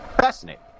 Fascinating